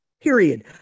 period